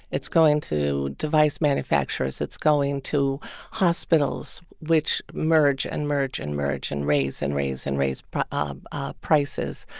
it's going to device manufacturers. it's going to hospitals which merge and merge and merge and raise and raise and raise um ah prices.